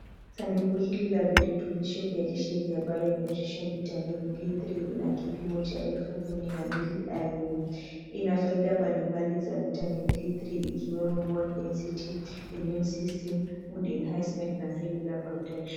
Sanduku hili la virutubisho vya lishe vya Bio Nutrition Vitamin D-3 ina kipimo cha 12000 IU. Ina faida mbalimbali za Vitamin D-3 ikiwemo, bone density , immune system , mood enhancement na cellular protection .